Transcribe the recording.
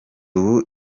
ubu